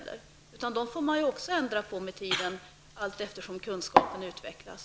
Dessa får man ju också ändra med tiden, allteftersom kunskaperna utvecklas.